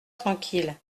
tranquille